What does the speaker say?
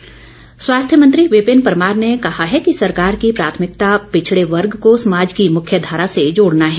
परमार स्वास्थ्य मंत्री विपिन परमार ने कहा है कि सरकार की प्राथमिकता पिछड़े वर्ग को समाज की मुख्य धारा से जोड़ना है